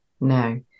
No